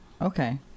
okay